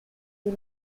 des